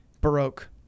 Baroque